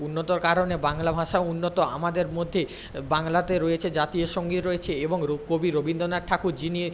উন্নতির কারণে বাংলা ভাষা উন্নত আমাদের মধ্যে বাংলাতে রয়েছে জাতীয় সঙ্গীত রয়েছে এবং কবি রবীন্দ্রনাথ ঠাকুর যিনি